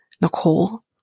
Nicole